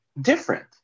different